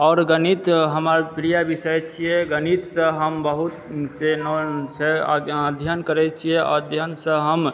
आओर गणित हमर प्रिय विषय छियै गणित सॅं हम बहुत अध्ययन करै छियै आओर अध्ययन सॅं हम